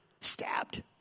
stabbed